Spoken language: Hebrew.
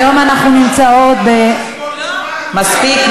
היום אנחנו נמצאות, מספיק.